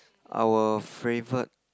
our favourite